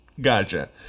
Gotcha